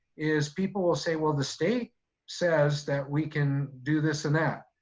is people will say, well, the state says that we can do this and that.